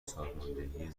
سازماندهی